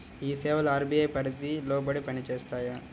ఈ సేవలు అర్.బీ.ఐ పరిధికి లోబడి పని చేస్తాయా?